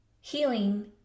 Healing